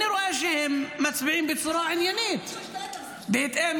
אני רואה שהם מצביעים בצורה עניינית בהתאם